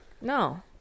no